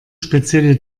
spezielle